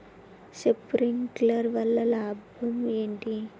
Sprinkler వల్ల లాభం ఏంటి?